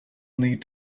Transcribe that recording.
need